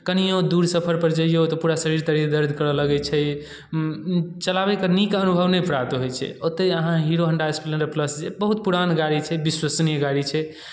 कनिओ दूर सफरपर जइयौ तऽ पूरा शरीर तरीर दर्द करय लगै छै चलाबैके नीक अनुभव नहि प्राप्त होइ छै ओतहि अहाँ हीरो होंडा स्प्लेंडर प्लस जे बहुत पुरान गाड़ी छै विश्वसनीय गाड़ी छै